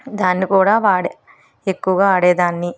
దాన్ని కూడా వాడే ఎక్కువగా ఆడేదాన్ని